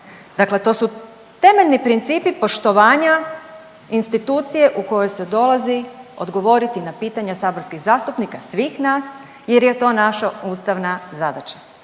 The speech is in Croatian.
Dakle, to su temeljni principi poštovanja institucije u koju se dolazi odgovoriti na pitanja saborskih zastupnika, svih nas jer je to naša ustavna zadaća.